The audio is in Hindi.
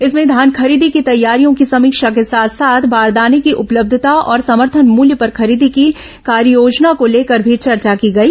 इसभें धान खरीदी की तैयारियों की समीक्षा के साथ साथ बारदाने की उपलब्धता और समर्थन मुल्य पर खरीदी की कार्ययोजना को लेकर भी चर्चा की गई